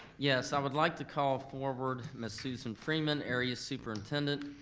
yes, i would like to call forward miss susan freeman area superintendent,